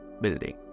building